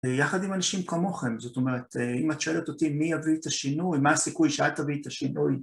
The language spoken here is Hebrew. יחד עם אנשים כמוכם, זאת אומרת, אם את שואלת אותי מי יביא את השינוי, מה הסיכוי שאת תביאי את השינוי?